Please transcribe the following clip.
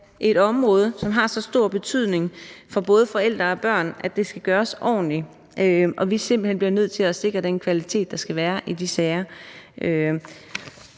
et område, som har så stor betydning for både forældre og børn, at det skal gøres ordentligt, og at vi simpelt hen bliver nødt til at sikre den kvalitet, der skal være, i de sager.